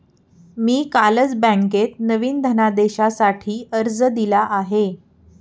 मी कालच बँकेत नवीन धनदेशासाठी अर्ज दिला आहे